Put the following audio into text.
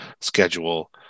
schedule